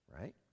right